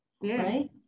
Right